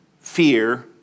fear